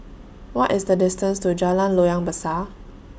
What IS The distance to Jalan Loyang Besar